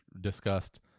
discussed